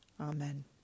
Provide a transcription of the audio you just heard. Amen